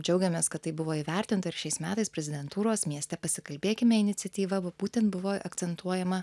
džiaugiamės kad tai buvo įvertinta ir šiais metais prezidentūros mieste pasikalbėkime iniciatyva va būtent buvo akcentuojama